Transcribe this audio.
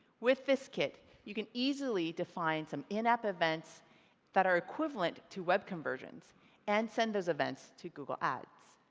with this kit, you can easily define some in-app events that are equivalent to web conversions and send those events to google ads.